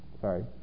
sorry